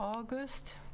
August